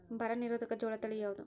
ಬರ ನಿರೋಧಕ ಜೋಳ ತಳಿ ಯಾವುದು?